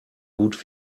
gut